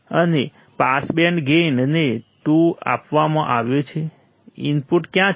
અને pass band gain ને 2 આપવામાં આવ્યો છે ઇનપુટ ક્યાં છે